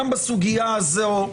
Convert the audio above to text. גם בסוגיה הזאת,